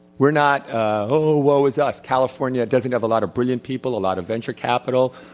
we're not, oh, woe is us, california doesn't have a lot of brilliant people, a lot of venture capital,